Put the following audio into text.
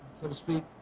so to speak.